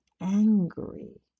angry